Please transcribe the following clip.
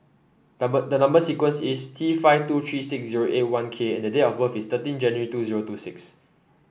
number the number sequence is T five two three six zero eight one K and date of birth is thirteen January two zero two six